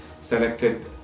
selected